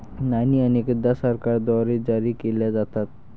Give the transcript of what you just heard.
नाणी अनेकदा सरकारद्वारे जारी केल्या जातात